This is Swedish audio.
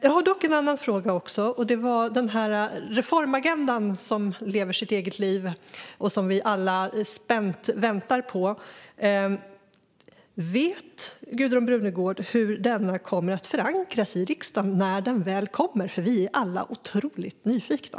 Jag har dock en annan fråga också. Den gäller reformagendan, som lever sitt eget liv och som vi alla spänt väntar på. Vet Gudrun Brunegård hur denna kommer att förankras i riksdagen när den väl kommer? Vi är alla otroligt nyfikna.